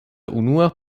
unua